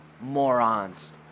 morons